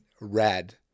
red